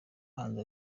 manzi